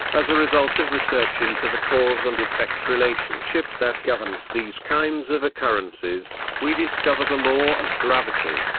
as a result of research into the cause and effect relationship that governs these kinds of occurrences, we discover the law of gravity.